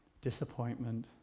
disappointment